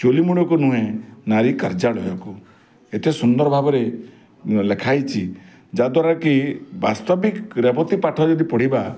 ଚୂଲି ମୁଣ୍ଡକୁ ନୁହେଁ ନାରୀ କାର୍ଯ୍ୟାଳୟକୁ ଏତେ ସୁନ୍ଦର ଭାବରେ ଲେଖାହେଇଛି ଯାଦ୍ଵାରା କି ବାସ୍ତବିକ ରେବତୀ ପାଠ ଯଦି ପଢ଼ିବା